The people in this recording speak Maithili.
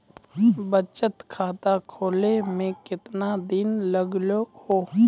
बचत खाता खोले मे केतना दिन लागि हो?